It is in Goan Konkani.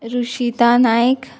रुशीता नायक